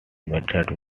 method